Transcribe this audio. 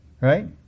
Right